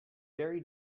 very